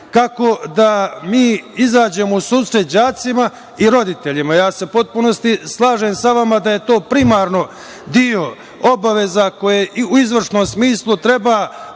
kako da mi izađemo u susret đacima i roditeljima. Ja se u potpunosti slažem sa vama da je to primaran deo obaveza koje u izvršnom smislu treba